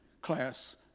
class